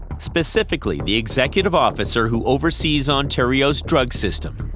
specifically the executive officer who oversees ontario's drug system.